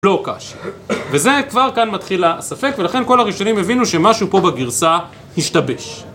לא הוקש. וזה כבר כאן מתחיל הספק ולכן כל הראשונים הבינו שמשהו פה בגרסה השתבש.